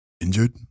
injured